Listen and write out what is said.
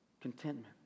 contentment